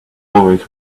always